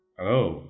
hello